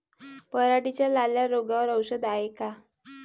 पराटीच्या लाल्या रोगावर औषध हाये का?